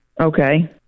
Okay